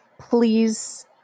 please